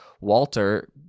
Walter